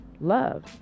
love